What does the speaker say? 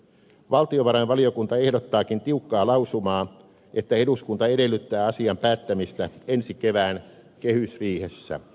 valtiovarainvaliokunta ehdottaakin tiukkaa lausumaa että eduskunta edellyttää asian päättämistä ensi kevään kehysriihessä